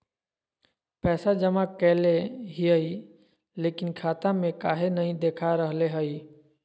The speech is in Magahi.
पैसा जमा कैले हिअई, लेकिन खाता में काहे नई देखा रहले हई?